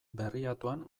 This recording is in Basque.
berriatuan